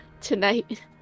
tonight